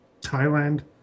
Thailand